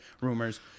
rumors